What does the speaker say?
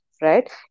right